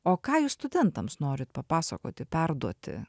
o ką jūs studentams norit papasakoti perduoti